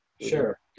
Sure